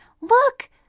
look